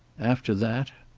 after that